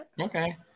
Okay